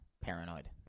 paranoid